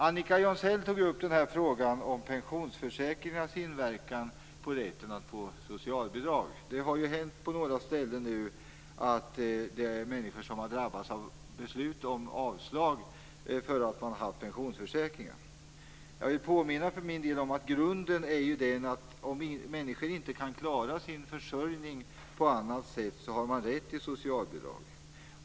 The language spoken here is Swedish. Annika Jonsell tog upp frågan om pensionsförsäkringarnas inverkan på rätten att få socialbidrag. Det har ju i en del fall hänt att människor har drabbats av beslut om avslag därför att de har haft pensionsförsäkring. Jag vill påminna om att grunden är att om människor inte kan klara sin försörjning på annat sätt har de rätt till socialbidrag.